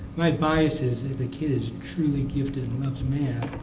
my biases if the kid is truly gifted and loves math,